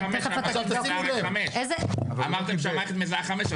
עכשיו תשימו לב -- אמרתם שהמערכת מזהה חמש,